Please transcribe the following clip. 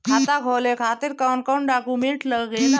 खाता खोले खातिर कौन कौन डॉक्यूमेंट लागेला?